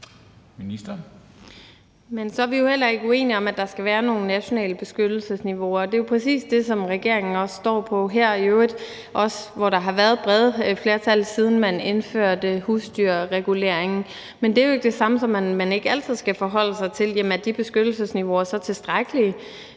Så er vi jo heller ikke uenige om, at der skal være nogle nationale beskyttelsesniveauer, og det er præcis det, som regeringen også står på. Her har der i øvrigt også været brede flertal, siden man indførte husdyrsreguleringen. Men det er jo ikke det samme, som at man ikke altid skal forholde sig til, om de beskyttelsesniveauer så er tilstrækkelige.